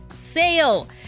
sale